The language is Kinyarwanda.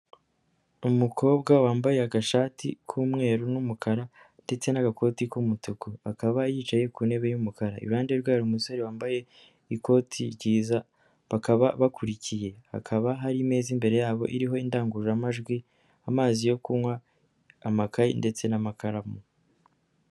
Umukobwa wambaye agashati k'umweru n'umukara ndetse n'agakoti k'umutuku, akaba yicaye ku ntebe y'umukara, iruhande rwe hari umusore wambaye ikoti ryiza bakaba bakurikiye, hakaba hari meza imbere yabo iriho indangururamajwi, amazi yo kunywa, amakayeyi ndetse n'amakaramu.